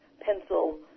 pencil